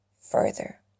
further